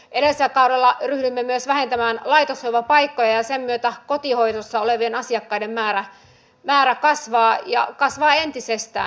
edellisellä kaudella ryhdyimme myös vähentämään laitoshoivapaikkoja ja sen myötä kotihoidossa olevien asiakkaiden määrä kasvaa ja kasvaa entisestään